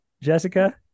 Jessica